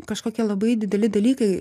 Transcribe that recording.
kažkokie labai dideli dalykai